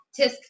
Tisk